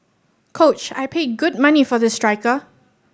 coach I paid good money for this striker